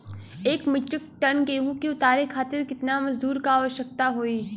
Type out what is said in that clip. एक metric ton गेहूँ के उतारे खातीर कितना मजदूर क आवश्यकता होई?